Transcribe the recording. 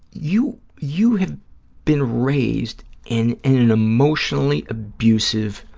you you have been raised in in an emotionally abusive,